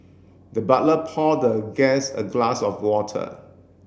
the butler poured the guest a glass of water